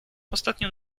ostatnio